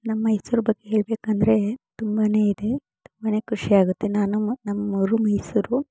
ನಮ್ಮ ಮೈಸೂರು ಬಗ್ಗೆ ಹೇಳಬೇಕೆಂದ್ರೆ ತುಂಬನೇ ಇದೆ ತುಂಬನೇ ಖುಷಿಯಾಗುತ್ತೆ ನಾನು ನಮ್ಮೂರು ಮೈಸೂರು